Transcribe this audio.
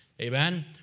Amen